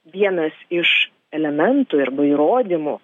vienas iš elementų arba įrodymų